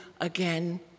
again